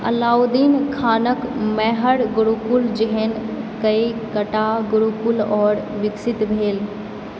अलाउद्दीन खानक मैहर गुरुकुल जेहन कएकटा गुरुकुल आओर विकसित भेल